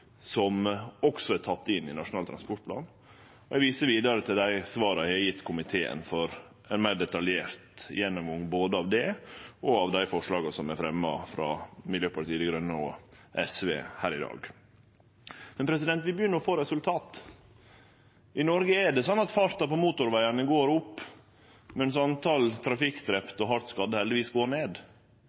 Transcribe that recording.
som også er tekne inn i Nasjonal transportplan. Eg viser vidare til dei svara eg har gjeve komiteen for ein meir detaljert gjennomgang både av det og av dei forslaga som er fremja frå Miljøpartiet Dei Grøne og SV her i dag. Vi begynner å få resultat. I Noreg er det slik at farten på motorvegane går opp, men talet på drepne og hardt skadde i trafikken går heldigvis ned. I Noreg er det slik at veginvesteringane og kollektivinvesteringane går